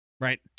right